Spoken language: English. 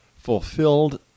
fulfilled